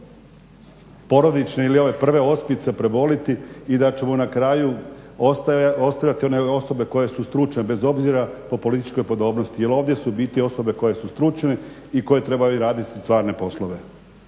porodične ili ove prve ospice prebolite i da ćemo na kraju ostajati one osobe koje su stručne bez obzira po političkoj podobnosti jer ovdje su osobe koje su stručne i koje trebaju raditi stvarne poslove.